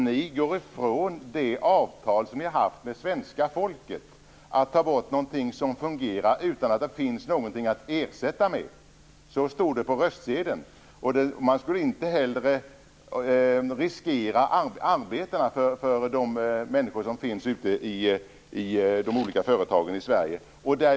Ni går ifrån det avtal som ni har slutit med svenska folket genom att ta bort något som fungerar utan att det finns något att ersätta detta med. Detta är inte i enlighet med det som stod på röstsedeln. Man skulle inte heller riskera arbeten för de människor som finns ute i de olika företagen i Sverige.